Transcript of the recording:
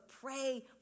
pray